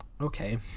Okay